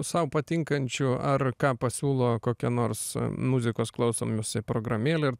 sau patinkančių ar ką pasiūlo kokia nors muzikos klausymosi programėlė